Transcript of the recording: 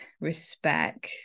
respect